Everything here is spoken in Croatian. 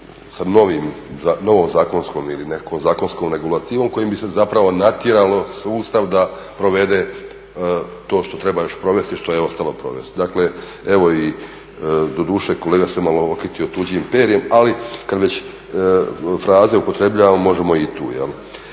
sa novom zakonskom ili nekom zakonskom regulativom kojim bi se zapravo natjeralo sustav da provede to što treba još provesti i što je ostalo provesti. Dakle, evo i doduše kolega se malo okitio tuđim perjem, ali kad već fraze upotrebljavamo možemo i tu. No